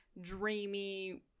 dreamy